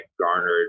garnered